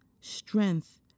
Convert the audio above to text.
Strength